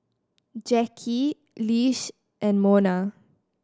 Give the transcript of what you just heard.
Jacki Lish and Monna